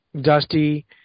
Dusty